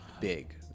big